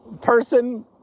Person